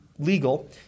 legal